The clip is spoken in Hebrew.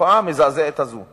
התופעה המזעזעת הזו,